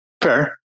fair